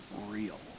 real